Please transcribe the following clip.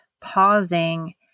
pausing